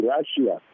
Russia